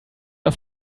auf